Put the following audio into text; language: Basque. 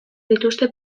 dituzte